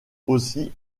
aussi